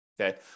Okay